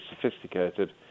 sophisticated